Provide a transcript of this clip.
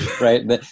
right